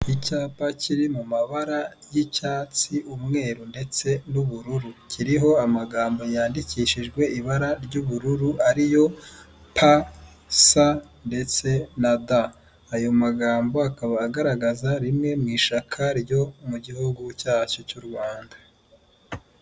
Icyapa kiri mu mabara y'icyatsi, umweru ndetse n'ubururu kiriho amagambo yandikishijwe ibara ry'ubururu ariyo P, S ndetse na D, ayo magambo akaba agaragaza rimwe mu ishuaka ryo mu gihugu cyac cy'u Rwanda.